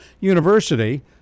University